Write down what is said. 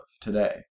today